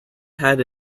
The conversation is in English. had